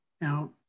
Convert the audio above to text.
Now